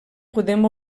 podem